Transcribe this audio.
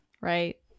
right